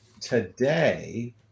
today